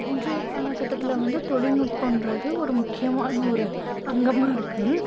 இன்றைய காலகட்டத்தில் வந்து தொழில்நுட்பன்றது ஒரு முக்கியமான ஒரு அங்கமாக இருக்குது